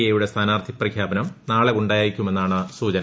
A യുടെ സ്ഥാനാർത്ഥി പ്രഖ്യാപനം നാളെ ഉണ്ടായേക്കുമെന്നാണ് സൂചന